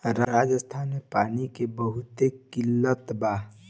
राजस्थान में पानी के बहुत किल्लत बा